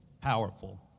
powerful